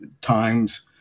times